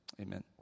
amen